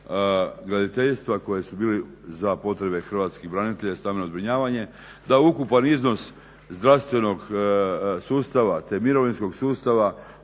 graditeljstva koji su bili za potrebe hrvatskih branitelja i stambeno zbrinjavanje, da je ukupan iznos zdravstvenog sustava te mirovinskog sustava